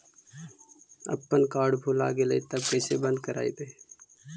अपन कार्ड भुला गेलय तब कैसे बन्द कराइब?